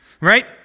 right